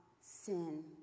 sin